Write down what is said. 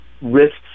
risks